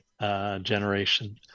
generation